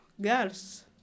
girls